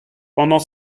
pendant